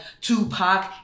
Tupac